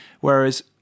Whereas